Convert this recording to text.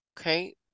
Okay